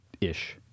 ish